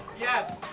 Yes